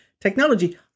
technology